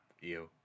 Ew